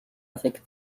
avec